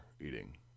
eating